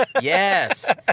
yes